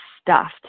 stuffed